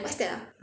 what's that ah